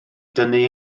dynnu